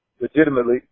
legitimately